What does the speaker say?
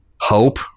hope